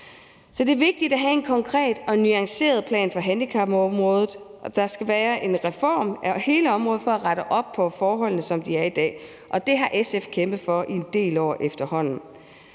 Så det er vigtigt at have en konkret og en nuanceret plan for handicapområdet, og der skal være en reform af hele området for at rette op på forholdene, som de er i dag. Og det har SF kæmpet for i en del år efterhånden.